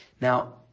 Now